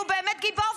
והוא באמת גיבור,